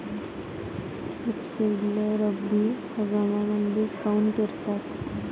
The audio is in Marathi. रेपसीडले रब्बी हंगामामंदीच काऊन पेरतात?